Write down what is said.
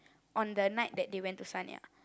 on the night that they went to Sanya